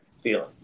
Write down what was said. feeling